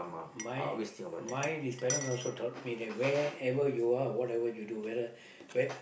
my my this parent also taught me that wherever you are whatever you do whether